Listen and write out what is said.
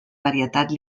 varietat